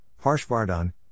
Harshvardhan